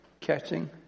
catching